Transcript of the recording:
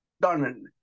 done